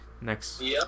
next